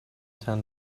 ten